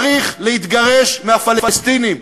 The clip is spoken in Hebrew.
צריך להתגרש מהפלסטינים.